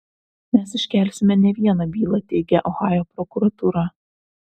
mes iškelsime ne vieną bylą teigia ohajo prokuratūra